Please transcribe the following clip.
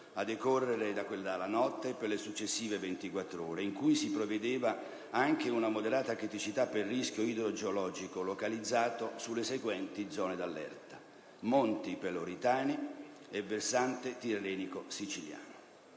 a decorrere dalle ore della notte e per le successive 24 ore, in cui si prevedeva anche una moderata criticità per rischio idrogeologico localizzato sulle seguenti zone di allerta: Monti peloritani e Versante tirrenico siciliano.